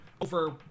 over